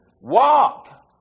Walk